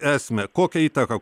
esmę kokią įtaką